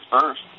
first